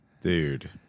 Dude